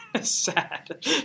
sad